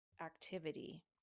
activity